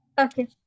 Okay